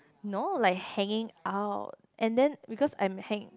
no like hanging out and then because I'm hang~